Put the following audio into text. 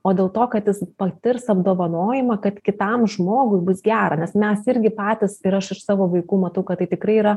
o dėl to kad jis patirs apdovanojimą kad kitam žmogui bus gera nes mes irgi patys ir aš savo vaikų matau kad tai tikrai yra